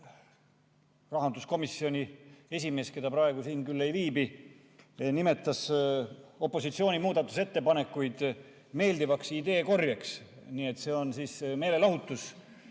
rahanduskomisjoni esimees, kes praegu siin ei viibi, nimetas opositsiooni muudatusettepanekuid meeldivaks ideekorjeks. Nii et see on siis meelelahutus